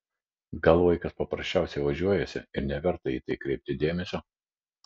gal vaikas paprasčiausiai ožiuojasi ir neverta į tai kreipti dėmesio